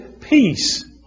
peace